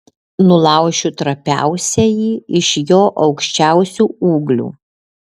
nulaušiu trapiausiąjį iš jo aukščiausių ūglių